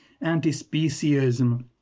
anti-speciesism